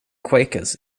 quakers